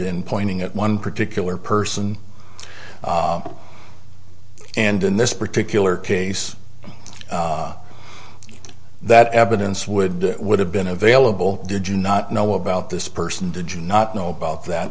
in pointing at one particular person and in this particular case that evidence would would have been available did you not know about this person did you not know about that